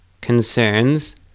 concerns